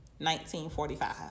1945